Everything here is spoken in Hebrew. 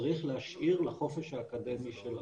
צריך להשאיר לחופש האקדמי של המוסדות.